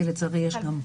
כי לצערי יש גם.